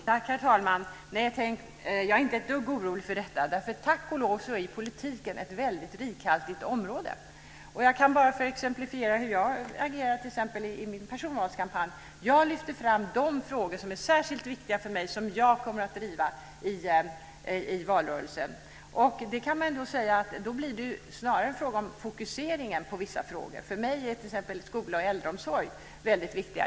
Herr talman! Nej, tänk att jag är inte ett dugg orolig för det. Tack och lov är politiken ett väldigt rikhaltigt område. Jag kan bara exemplifiera med t.ex. hur jag agerar i min personvalskampanj. Jag lyfter fram de frågor som är särskilt viktiga för mig och som jag kommer att driva. Då kan man säga att det snarare blir fråga om fokuseringen på vissa frågor. För mig är det t.ex. väldigt viktigt med skola och äldreomsorg.